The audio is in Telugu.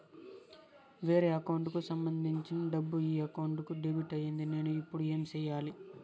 వేరే అకౌంట్ కు సంబంధించిన డబ్బు ఈ అకౌంట్ కు డెబిట్ అయింది నేను ఇప్పుడు ఏమి సేయాలి